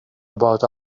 about